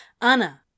Anna